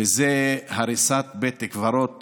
וזה הריסת בית קברות